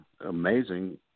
amazing